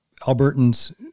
Albertans